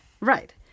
Right